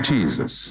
Jesus